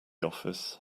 office